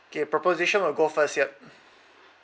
okay proposition will go first yup